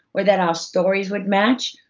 or that our stories would match,